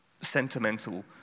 sentimental